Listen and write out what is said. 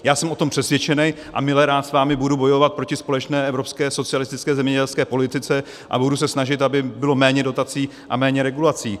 Já jsem o tom přesvědčen a milerád s vámi budu bojovat proti společné evropské socialistické zemědělské politice a budu se snažit, aby bylo méně dotací a méně regulací.